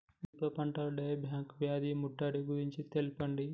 మిరప పంటలో dieback వ్యాధి ముట్టడి గురించి తెల్పండి?